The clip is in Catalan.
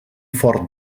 fort